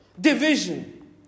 Division